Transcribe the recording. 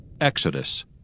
Exodus